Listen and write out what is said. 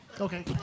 Okay